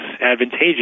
advantageous